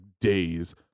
days